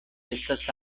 estas